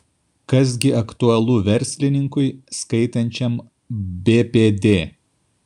kas gi aktualu verslininkui skaitančiam bpd